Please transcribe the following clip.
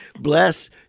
bless